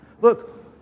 Look